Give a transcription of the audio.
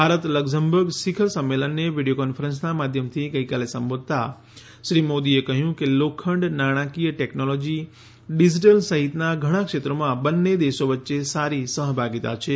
Bharat Luxembourg શિખર સંમેલનને video કોન્ફરન્સનાં માધ્યમથી ગઈકાલે સંબોધતાં શ્રી મોદીએ કહ્યું કે લોખંડ નાણાકીય ટેકનોલોજી ડીજીટલ સહિતનાં ધણા ક્ષેત્રોમાં બંને દેશો વચ્ચે સારી સહભાગીતા છે